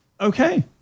okay